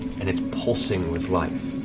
and it's pulsing with life,